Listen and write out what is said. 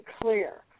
clear